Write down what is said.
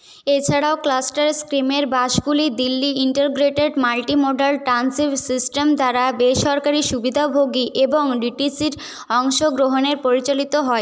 এছাড়াও ক্লাস্টার স্কিমের বাসগুলি Delhi integrated multi modal transit system দ্বারা বেসরকারী সুবিধাভোগী এবং ডিটিসির অংশগ্রহণে পরিচালিত হয়